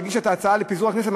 כשהגישה את ההצעה לפיזור הכנסת,